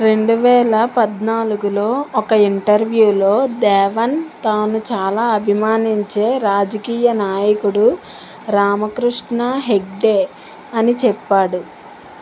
రెండు వేల పద్నాలుగులో ఒక ఇంటర్వ్యూలో దేవన్ తాను చాలా అభిమానించే రాజకీయ నాయకుడు రామకృష్ణ హెగ్డే అని చెప్పాడు